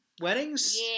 weddings